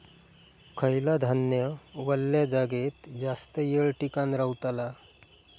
खयला धान्य वल्या जागेत जास्त येळ टिकान रवतला?